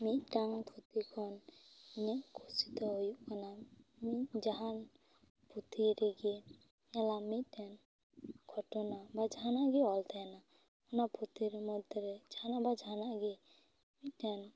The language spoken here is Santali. ᱢᱤᱫᱴᱟᱝ ᱯᱩᱛᱷᱤ ᱠᱷᱚᱱ ᱤᱧᱟᱹᱜ ᱠᱩᱥᱤ ᱫᱚ ᱦᱩᱭᱩᱜ ᱠᱟᱱᱟ ᱡᱟᱦᱟᱱ ᱯᱩᱛᱷᱤ ᱨᱮᱜᱮ ᱧᱮᱞᱟᱢ ᱢᱤᱫᱴᱟᱱ ᱜᱷᱚᱴᱚᱱᱟ ᱵᱟ ᱡᱟᱦᱟᱱ ᱜᱮ ᱚᱞ ᱛᱟᱦᱮᱱᱟ ᱚᱱᱟ ᱯᱩᱛᱷᱤ ᱢᱚᱫᱽᱫᱷᱮ ᱨᱮ ᱡᱟᱦᱟᱸᱱᱟᱜ ᱵᱟᱝ ᱡᱟᱦᱟᱸᱱᱟᱜ ᱜᱮ ᱢᱤᱫᱴᱮᱱ